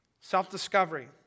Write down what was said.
self-discovery